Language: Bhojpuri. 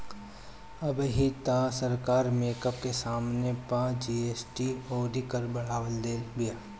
अबही तअ सरकार मेकअप के समाने पअ जी.एस.टी अउरी कर बढ़ा देले बिया